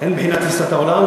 גם מבחינת תפיסת העולם.